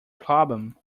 problem